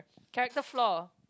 character flow